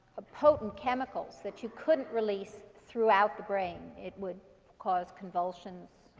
a potent chemical that you couldn't release throughout the brain. it would cause convulsions,